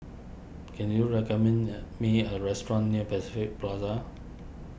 can you recommend a me a restaurant near Pacific Plaza